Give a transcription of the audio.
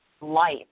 life